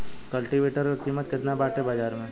कल्टी वेटर क कीमत केतना बाटे बाजार में?